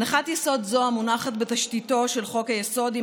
הנחת יסוד זו המונחת בתשתיתו של חוק-היסוד היא